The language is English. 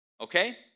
Okay